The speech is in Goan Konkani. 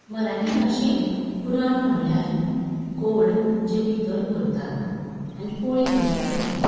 मराठी भाशेंत पुरण म्हळ्ळ्यार गोड जें भितर भरतात आनी पोळी म्हळ्ळ्या चपाती